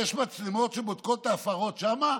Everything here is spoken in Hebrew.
יש מצלמות שבודקות את ההפרות שם?